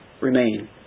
remain